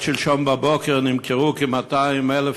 שעד שלשום בבוקר נמכרו כ-200,000